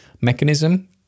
mechanism